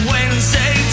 Wednesday